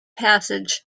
passage